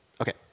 okay